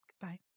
Goodbye